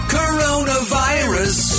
coronavirus